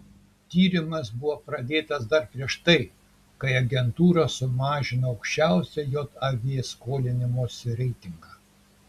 tyrimas buvo pradėtas dar prieš tai kai agentūra sumažino aukščiausią jav skolinimosi reitingą